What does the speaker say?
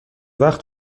وقت